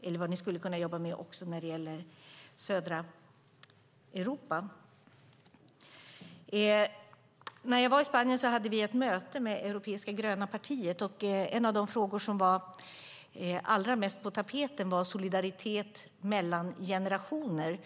till vad ni skulle kunna jobba med i södra Europa! När jag var i Spanien hade vi ett möte med det europeiska gröna partiet. En av de frågor som var allra mest på tapeten var solidaritet mellan generationer.